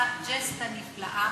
ובאמת ראש הממשלה עשה ג'סטה נפלאה